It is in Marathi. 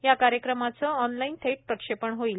या कार्यक्रमाचं ऑनलाईन थेट प्रक्षेपण होईल